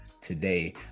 today